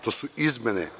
To su izmene.